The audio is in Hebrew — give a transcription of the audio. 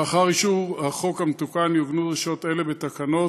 לאחר אישור החוק המתוקן יעוגנו דרישות אלה בתקנות,